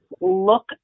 look